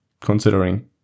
considering